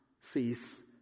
cease